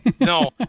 No